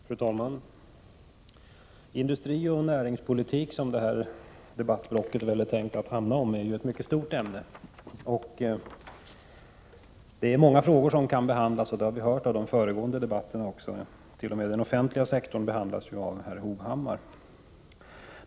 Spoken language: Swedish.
Fru talman! Industrioch näringspolitik, som detta debattblock skall handla om, är ett mycket stort ämne. Det är många frågor som kan behandlas, och det har vi också hört av de föregående debatterna. Den offentliga sektorn behandlas t.o.m. av herr Hovhammar.